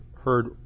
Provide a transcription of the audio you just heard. heard